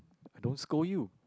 I don't scold you